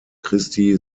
christi